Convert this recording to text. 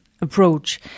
approach